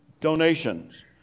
donations